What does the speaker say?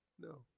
no